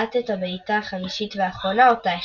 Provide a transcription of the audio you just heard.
בעט את הבעיטה החמישית והאחרונה אותה החטיא.